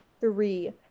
three